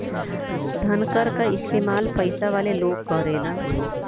धनकर क इस्तेमाल पइसा वाले लोग करेलन